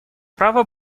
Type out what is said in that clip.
право